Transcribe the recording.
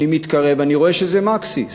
אני מתקרב ואני רואה שזה מקסי.